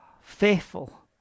Faithful